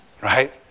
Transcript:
right